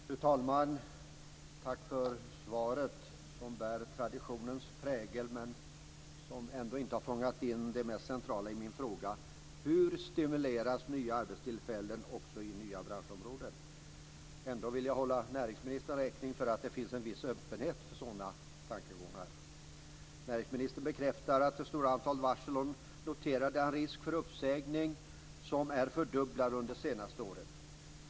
Fru talman! Tack för svaret, som bär traditionens prägel, men som ändå inte har fångat in det mest centrala i min fråga: Hur stimuleras nya arbetstillfällen också inom nya branschområden? Ändå vill jag hålla näringsministern räkning för att det finns en viss öppenhet för sådana tankegångar. Näringsministern bekräftar det stora antalet varsel och noterar att risken för uppsägning fördubblats under det senaste året.